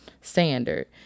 standard